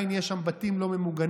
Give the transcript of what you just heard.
עדיין יש שם בתים לא ממוגנים,